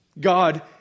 God